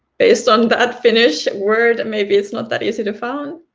based on that finnish word, maybe it's not that easy to find.